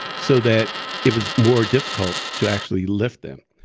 so that it was more difficult to actually lift them.